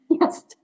Yes